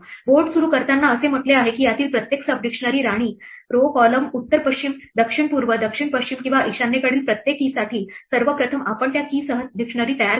board सुरू करताना असे म्हटले आहे की यातील प्रत्येक सब डिक्शनरी राणी row column उत्तर पश्चिम दक्षिण पूर्व दक्षिण पश्चिम किंवा ईशान्येकडील प्रत्येक keyसाठी सर्वप्रथम आपण त्या key सह डिक्शनरी तयार करतो